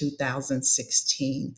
2016